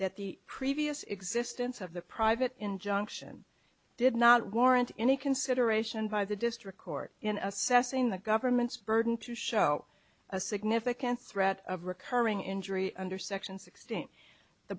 that the previous existence of the private injunction did not warrant any consideration by the district court in assessing the government's burden to show a significant threat of recurring injury under section sixteen the